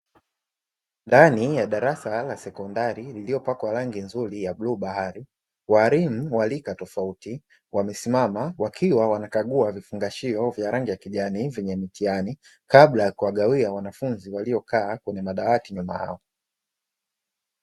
Ndani ya darasa la sekondari lililopakwa rangi nzuri ya bluu bahari, walimu wa rika tofauti wamesimama wakiwa wanakagua vifungashio vya rangi ya kijani vyenye mitihani, kabla ya kuwagawia wanafunzi waliokaa kwenye madawati nyuma yao.